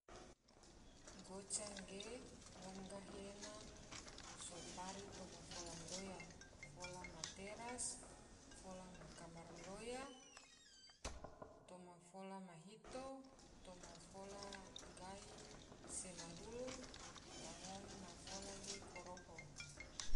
Goca ge ngom gahi ena so pari toma fola madoya, fola ma teras. fola ma kamar madoya, toma fola ma hito, toma fola ma gai se ma dulu, la ngom na fola ge koroho.